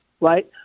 right